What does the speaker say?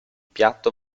piatto